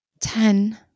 Ten